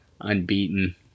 unbeaten